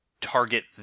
target